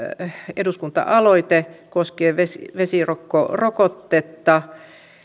eduskunta aloite koskien vesirokkorokotetta